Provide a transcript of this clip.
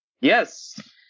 Yes